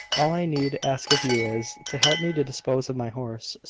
all i need ask of you is, to help me to dispose of my horse,